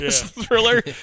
thriller